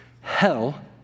Hell